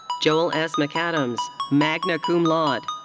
joel s. mcadams, magna cum laude.